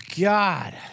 god